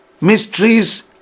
mysteries